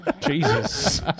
Jesus